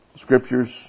scriptures